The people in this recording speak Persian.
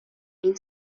این